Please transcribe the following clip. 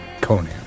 Conan